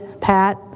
Pat